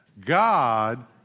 God